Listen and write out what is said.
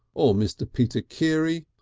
or mr. peter keary,